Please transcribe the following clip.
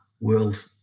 world